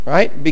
Right